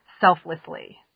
selflessly